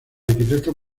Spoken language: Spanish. arquitectos